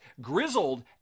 Grizzled